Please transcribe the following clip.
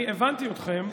הבנתי אתכם,